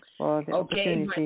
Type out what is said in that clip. Okay